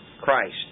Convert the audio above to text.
Christ